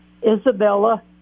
Isabella